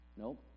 Nope